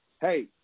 Hey